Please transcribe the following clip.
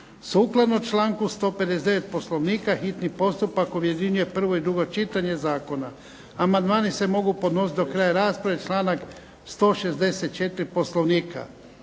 Sukladno članku 159. POslovnika hitni postupak objedinjuje prvo i drugo čitanje zakona. Amandmani se mogu podnositi do kraja rasprave članak 164. Poslovnika.